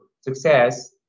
success